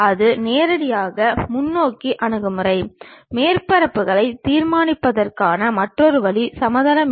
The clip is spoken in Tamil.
ஆனால் ஒரே நேர் கோட்டில் உள்ள இரண்டு புள்ளிகளை மேலிருந்து பார்க்கும் பொழுது ஒரு புள்ளியாக மட்டுமே தெரியும்